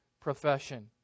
profession